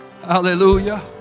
Hallelujah